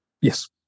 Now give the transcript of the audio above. Yes